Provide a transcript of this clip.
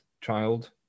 child